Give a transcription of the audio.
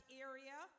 area